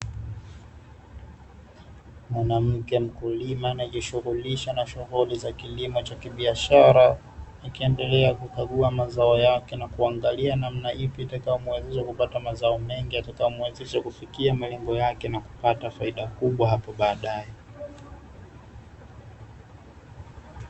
Mwanamke mkulima anayejishughulisha na shughuli za kilimo cha kibiashara, akiendelea kukagua mazao yake na kuangalia namna ipi itakayomuwezesha kupata mazao mengi, yatakayomuwezesha kufikia malengo yake, na kupata faida kubwa hapo baadae.